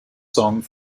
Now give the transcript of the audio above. song